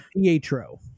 Pietro